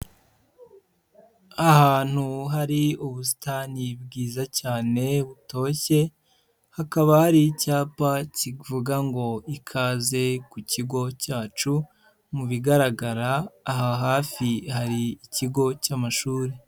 Ahantu hari ubusitani bwiza cyane butoshye, hakaba hari icyapa kivuga ngo:" Ikaze ku kigo cyacu." Mu bigaragara aha hafi hari ikigo cy'amashuri.